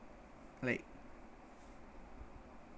like